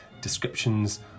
descriptions